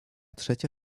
trzecia